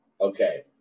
Okay